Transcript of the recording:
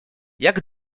jak